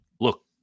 look